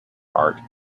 art